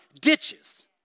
ditches